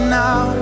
now